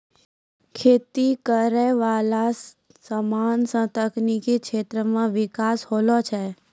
खेती करै वाला समान से तकनीकी क्षेत्र मे बिकास होलो छै